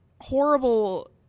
horrible